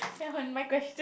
ya on my question